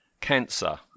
Cancer